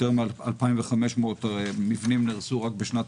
יותר מ-2,500 מבנים נהרסו רק בשנת